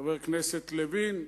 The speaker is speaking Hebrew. חברי הכנסת לוין,